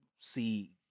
see